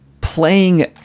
playing